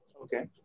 Okay